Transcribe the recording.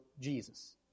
Jesus